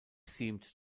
seemed